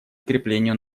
укреплению